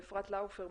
לאפרת לאופר,